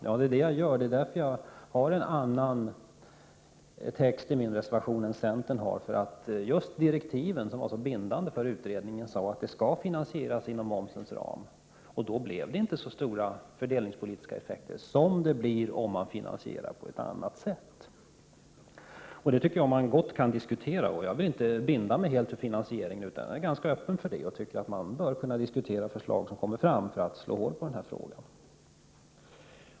Ja, det är det jag gör — det är därför jag har en annan text i min reservation än centern. Direktiven, som var så bindande för utredningen, sade att ett eventuellt förslag skulle finansieras inom momsens ram; då blev det inte så stora fördelningspolitiska effekter som det blir om man finansierar det på ett annat sätt. Det tycker jag att man gott kan diskutera. Jag vill inte binda mig när det gäller finansieringen, utan jag är öppen för olika lösningar och tycker att man bör kunna diskutera de förslag som kan komma fram för att åstadkomma en öppning i den här frågan.